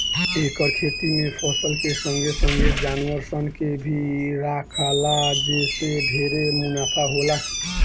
एकर खेती में फसल के संगे संगे जानवर सन के भी राखला जे से ढेरे मुनाफा होला